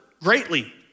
greatly